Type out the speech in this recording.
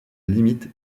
limite